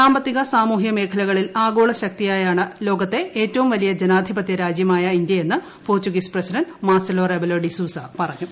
സാമ്പത്തിക സാമൂഹ്യ മേഖലകളിൽ ആഗോള ശക്തിയാണ് ലോകത്തെ ഏറ്റവും വലിയ ജനാതിപത്യ രാജ്യമായ ഇന്ത്യയെന്ന് Portuguese president Marcelo Rebelo de Sousa പറഞ്ഞു